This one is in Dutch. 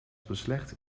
beslecht